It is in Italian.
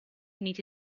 uniti